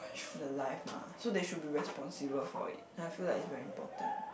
the life mah so they should be responsible for it then I feel like is very important